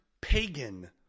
pagan